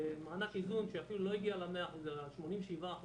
מענק איזון שאפילו לא הגיע ל-100% אלא ל-77%,